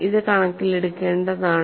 ഇത് കണക്കിലെടുക്കേണ്ടതാണ്